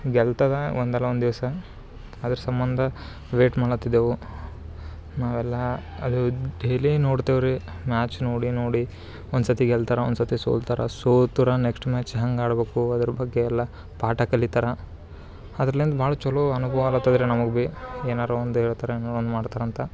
ಗೆಲ್ತದೆ ಒಂದಲ್ಲ ಒಂದು ದಿವಸ ಅದ್ರ ಸಂಬಂಧ ವೇಟ್ ಮಾಡತಿದ್ದೆವು ನಾವೆಲ್ಲ ಅದು ಡೈಲಿ ನೋಡ್ತಿವಿ ರೀ ಮ್ಯಾಚ್ ನೋಡಿ ನೋಡಿ ಒಂದುಸತಿ ಗೆಲ್ತಾರೆ ಒಂದುಸತಿ ಸೋಲ್ತಾರೆ ಸೋತ್ರೆ ನೆಕ್ಸ್ಟ್ ಮ್ಯಾಚ್ ಹೆಂಗೆ ಆಡಬೇಕು ಅದ್ರ ಬಗ್ಗೆ ಎಲ್ಲ ಪಾಠ ಕಲಿತಾರ ಅದರ್ಲಿಂದ ಭಾಳ್ ಚಲೋ ಅನುಭವ ಆಗುತ್ತದೆ ರೀ ನಮಗ್ ಬಿ ಏನಾರು ಒಂದೇಳ್ತಾರೆ ಏನೋ ಒಂದು ಮಾಡ್ತಾರೆ ಅಂತ